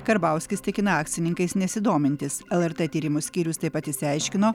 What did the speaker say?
karbauskis tikina akcininkais nesidomintis lrt tyrimų skyrius taip pat išsiaiškino